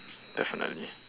definitely